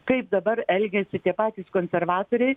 kaip dabar elgiasi tie patys konservatoriai